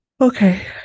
Okay